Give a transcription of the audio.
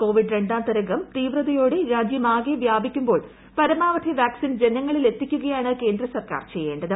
Covid രണ്ടാംതരംഗം തീവ്രതയോട്ട്ട രാജ്യമാകെ വ്യാപിക്കുമ്പോൾ പരമാവധി വാക്സിൻ ജന്ങ്ങളിലെത്തിക്കുകയാണ് കേന്ദ്ര സർക്കാർ ചെയ്യേണ്ടത്